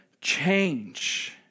change